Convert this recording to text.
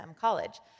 college